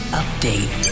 update